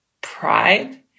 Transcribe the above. pride